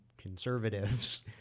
conservatives